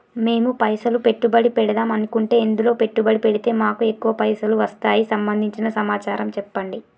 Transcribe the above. మేము పైసలు పెట్టుబడి పెడదాం అనుకుంటే ఎందులో పెట్టుబడి పెడితే మాకు ఎక్కువ పైసలు వస్తాయి సంబంధించిన సమాచారం చెప్పండి?